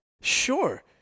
Sure